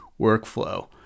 workflow